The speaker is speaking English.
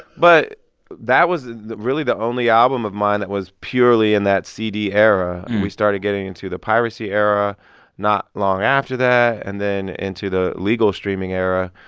but that was really the only album of mine that was purely in that cd era. and we started getting into the piracy era not long after that and then into the legal streaming era,